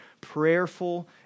prayerful